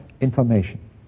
information